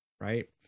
right